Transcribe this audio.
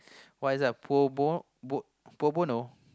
why is that pro bo~ pro bono